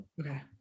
Okay